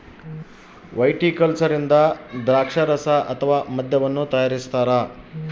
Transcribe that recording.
viticulture ಇಂದ ದ್ರಾಕ್ಷಾರಸ ಅಥವಾ ಮದ್ಯವನ್ನು ತಯಾರಿಸ್ತಾರ